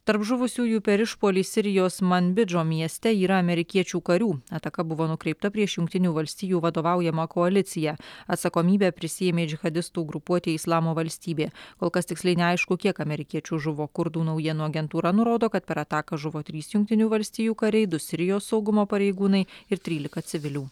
tarp žuvusiųjų per išpuolį sirijos manbidžo mieste yra amerikiečių karių ataka buvo nukreipta prieš jungtinių valstijų vadovaujamą koaliciją atsakomybę prisiėmė džihadistų grupuotė islamo valstybė kol kas tiksliai neaišku kiek amerikiečių žuvo kurdų naujienų agentūra nurodo kad per ataką žuvo trys jungtinių valstijų kariai du sirijos saugumo pareigūnai ir trylika civilių